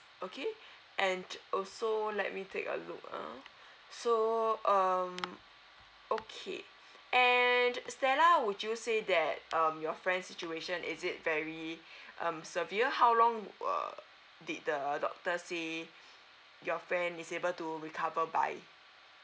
okay and also let me take a look ah so um okay and stella would you say that um your friend's situation is it very um severe how long uh did the doctor say your friend is able to recover by